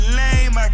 lame